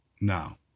Now